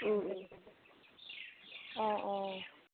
অঁ অঁ